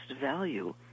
value